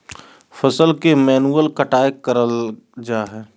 फसल के मैन्युअल कटाय कराल जा हइ